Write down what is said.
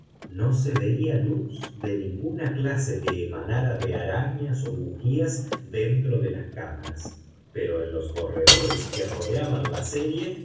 no se veía luz de ninguna clase que emanara de arañas o bujías dentro de las cámaras pero en los corredores que rodeaban la serie